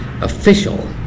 official